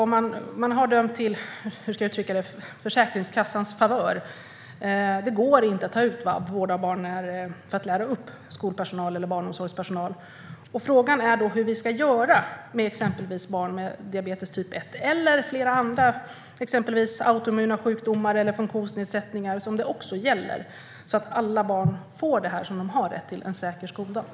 Man har dömt till Försäkringskassans favör. Det går inte att ta ut vab, alltså tillfällig föräldrapenning vid vård av barn, för att lära upp skolpersonal eller barnomsorgspersonal. Frågan är då hur vi ska göra med exempelvis barn med diabetes typ 1 eller autoimmuna sjukdomar - eller funktionsnedsättningar, som det också gäller - så att alla barn får det som de har rätt till, nämligen en säker skoldag.